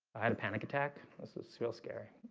i had a panic attack. that's ah so real scary